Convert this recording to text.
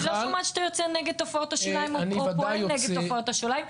אני לא שומעת שאתה יוצא נגד תופעת השוליים או פועל נגד תופעות השוליים.